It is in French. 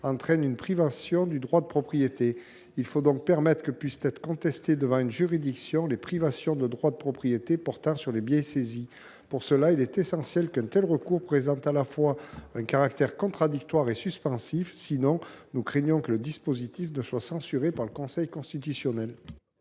entraîne une privation du droit de propriété. Il faut donc prévoir que puisse être contestée devant une juridiction la privation du droit de propriété portant sur un bien saisi. Pour cela, il est essentiel qu’un tel recours présente à la fois un caractère contradictoire et suspensif ; sinon, nous craignons que le dispositif ne soit censuré par le Conseil constitutionnel.